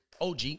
OG